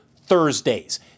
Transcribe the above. Thursdays